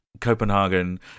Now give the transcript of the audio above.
copenhagen